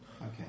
Okay